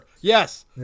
Yes